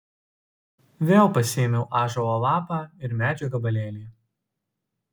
vėl pasiėmiau ąžuolo lapą ir medžio gabalėlį